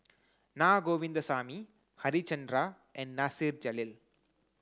Na Govindasamy Harichandra and Nasir Jalil